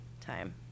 time